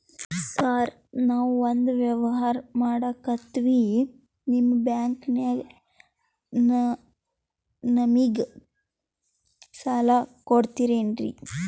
Sir ನಾವು ಒಂದು ವ್ಯವಹಾರ ಮಾಡಕ್ತಿವಿ ನಿಮ್ಮ ಬ್ಯಾಂಕನಾಗ ನಮಿಗೆ ಸಾಲ ಕೊಡ್ತಿರೇನ್ರಿ?